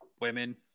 women